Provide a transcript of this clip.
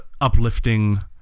uplifting